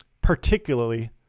particularly